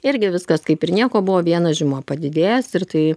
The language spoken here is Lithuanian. irgi viskas kaip ir nieko buvo vienas žymuo padidėjęs ir tai